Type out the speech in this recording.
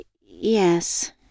Yes